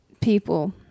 people